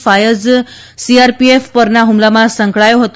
Faiz CRPF પરના ફમલામાં સંકળાયેલો હતો